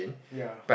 ya